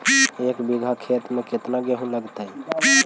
एक बिघा खेत में केतना गेहूं लगतै?